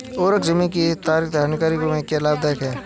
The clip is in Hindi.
उर्वरक ज़मीन की खातिर हानिकारक है या लाभदायक है?